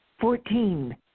Fourteen